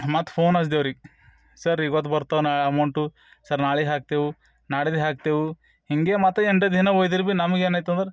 ಮತ್ತೆ ಫೋನ್ ಹಚ್ದೇವ್ರಿ ಸರ್ ಇವತ್ತು ಬರ್ತವೆ ನಾಳೆ ಅಮೌಂಟು ಸರ್ ನಾಳೆ ಹಾಕ್ತೆವು ನಾಡಿದ್ದು ಹಾಕ್ತೆವು ಹೀಗೆ ಮತ್ತೆ ಎಂಟು ದಿನ ಒಯ್ದರು ಭಿ ನಮಗೆ ಏನಾಯ್ತು ಅಂದ್ರೆ